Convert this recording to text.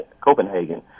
Copenhagen